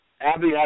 Abby